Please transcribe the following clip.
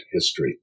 history